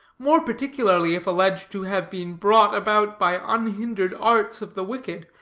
more particularly if alleged to have been brought about by unhindered arts of the wicked,